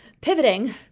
pivoting